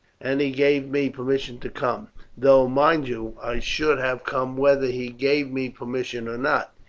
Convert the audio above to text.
and he gave me permission to come though, mind you, i should have come whether he gave me permission or not.